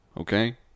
okay